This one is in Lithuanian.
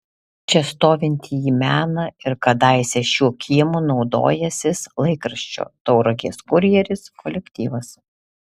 čia stovintį jį mena ir kadaise šiuo kiemu naudojęsis laikraščio tauragės kurjeris kolektyvas